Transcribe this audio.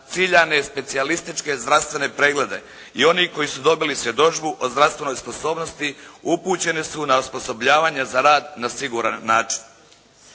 ciljane specijalističke zdravstvene preglede i oni koji su dobili svjedodžbu o zdravstvenoj sposobnosti upućeni su na osposobljavanje za rad na siguran način.